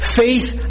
faith